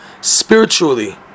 spiritually